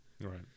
Right